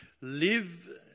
Live